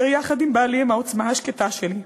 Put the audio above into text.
אשר יחד עם בעלי הם העוצמה השקטה שלי,